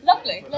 Lovely